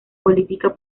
política